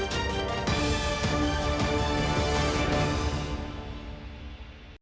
Дякую.